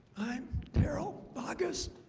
i'm darryl boggess.